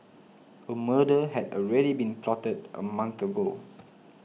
a murder had already been plotted a month ago